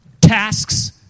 Tasks